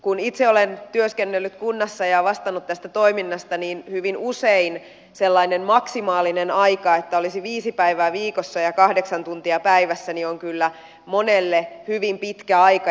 kun itse olen työskennellyt kunnassa ja vastannut tästä toiminnasta niin hyvin usein sellainen maksimaalinen aika että olisi viisi päivää viikossa ja kahdeksan tuntia päivässä on kyllä monelle hyvin pitkä aika